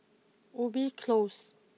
Ubi close